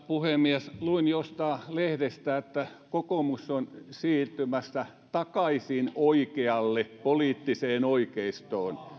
puhemies luin jostain lehdestä että kokoomus on siirtymässä takaisin oikealle poliittiseen oikeistoon